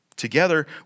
together